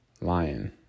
lion